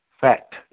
fact